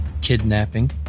kidnapping